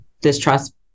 distrust